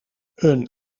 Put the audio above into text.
een